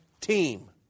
team